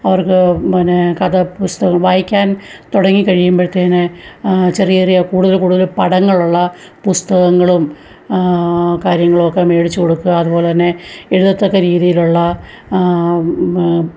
അവർക്ക് പിന്നെ കഥാ പുസ്തകം വായിക്കാൻ തുടങ്ങിക്കഴിയുമ്പഴ്ത്തേന് ചെറിയ ചെറിയ കൂടുതൽ കൂടുതൽ പടങ്ങളുള്ള പുസ്തകങ്ങളും കാര്യങ്ങളുമൊക്കെ മേടിച്ച് കൊടുക്കുക അതുപോലെ തന്നെ എഴുതത്തക്ക രീതിയിലുള്ള